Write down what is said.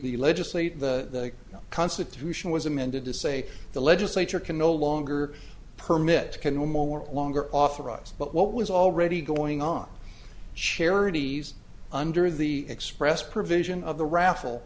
the legislature the constitution was amended to say the legislature can no longer permit can no more longer authorize but what was already going on charities under the express provision of the raffle